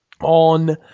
on